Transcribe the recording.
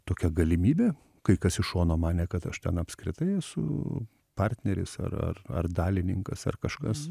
tokią galimybę kai kas iš šono manė kad aš ten apskritai esu partneris ar ar ar dalininkas ar kažkas